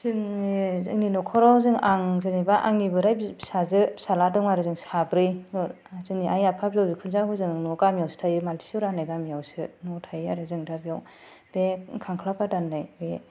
जोङो जोंनि न'खराव जों आं जेनेबा आंनि बोराइ फिसाजो फिसाज्ला दङ आरो जों साब्रै जोंनि आइ आफा बिहाव बिखुनजोआ हजों न' गामिआवसो थायो हजों मान्थिजरा होननाय गामिआवसो न'आव थायो आरो जों दा बेयाव बे खांख्लाबादा होननाय बे